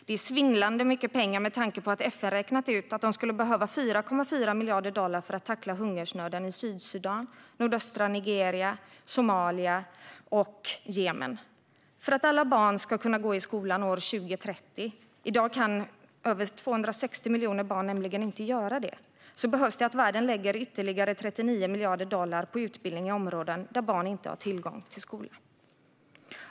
Det är svindlande mycket pengar med tanke på att FN har räknat ut att de skulle behöva 4,4 miljarder dollar för att tackla hungersnöden i Sydsudan, nordöstra Nigeria, Somalia och Jemen. För att alla barn ska kunna gå i skolan 2030 - i dag kan över 260 miljoner barn nämligen inte göra det - behöver världen lägga ytterligare 39 miljarder dollar på utbildning i områden där barn inte har tillgång till skola.